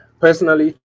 Personally